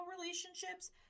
relationships